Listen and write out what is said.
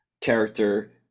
character